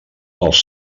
els